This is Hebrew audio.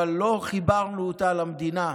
אבל לא חיברנו אותה למדינה.